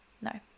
No